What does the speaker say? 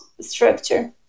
structure